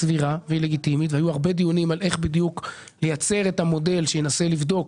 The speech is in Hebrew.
היו הרבה דיונים על איך בדיוק לייצר את המודל שינסה לבדוק